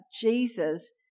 Jesus